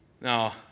Now